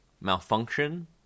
Malfunction